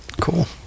Cool